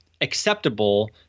acceptable